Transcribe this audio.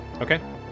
Okay